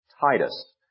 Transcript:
Titus